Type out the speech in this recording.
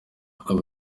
uyu